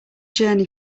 journey